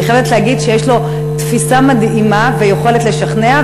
אני חייבת להגיד שיש לו תפיסה מדהימה ויכולת לשכנע,